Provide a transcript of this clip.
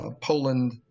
Poland